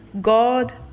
god